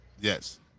Yes